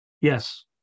Yes